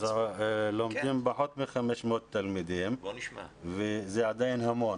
לומדים פחות מ-500 תלמידים, וזה עדיין המון.